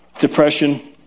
depression